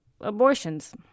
abortions